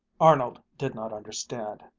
arnold did not understand,